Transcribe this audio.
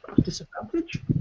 Disadvantage